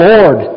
Lord